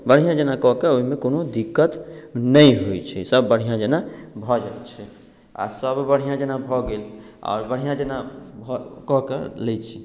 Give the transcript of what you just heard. बढ़िऑं जेना कऽ के ओहिमे कोनो दिक्कत नहि होइ छै सब बढ़िऑं जेना भऽ जाइ छै आ सब बढ़िऑं जेना भऽ गेल आओर बढ़िऑं जेना भऽ क के लै छी